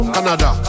Canada